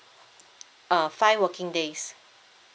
uh five working days